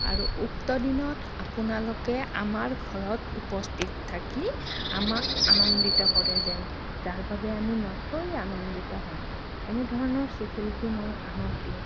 আৰু উক্ত দিনত আপোনালোকে আমাৰ ঘৰত উপস্থিত থাকি আমাক আনন্দিত কৰে যেন যাৰ বাবে আমি নথৈ আনন্দিত হ'ম এনেধৰণৰ চিঠি লিখি মই আনক দিওঁ